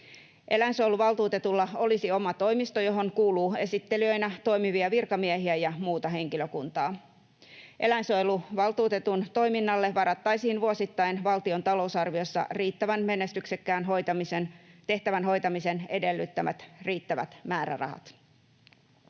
Eläinsuojeluvaltuutetulla olisi oma toimisto, johon kuuluu esittelijöinä toimivia virkamiehiä ja muuta henkilökuntaa. Eläinsuojeluvaltuutetun toiminnalle varattaisiin vuosittain valtion talousarviossa menestyksekkään tehtävän hoitamisen edellyttämät riittävät määrärahat.